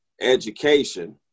education